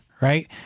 right